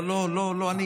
לא לא לא.